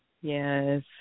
Yes